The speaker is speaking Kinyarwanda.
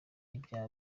ibyaha